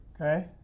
okay